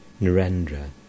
Narendra